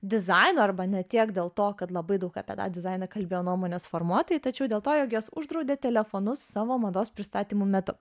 dizaino arba ne tiek dėl to kad labai daug apie tą dizainą kalbėjo nuomonės formuotojai tačiau dėl to jog jos uždraudė telefonus savo mados pristatymų metu